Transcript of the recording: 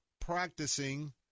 practicing